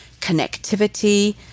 connectivity